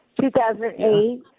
2008